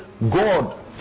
God